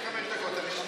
יש לי 25 דקות.